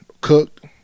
Cooked